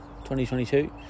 2022